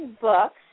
books